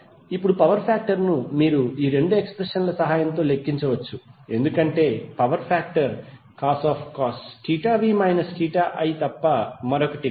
ఇప్పుడు power factor ను మీరు ఈ రెండు ఎక్స్ప్రెషన్ల సహాయంతో లెక్కించవచ్చు ఎందుకంటే power factor cos v i తప్ప మరొకటి కాదు